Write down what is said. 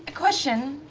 ah question.